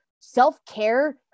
Self-care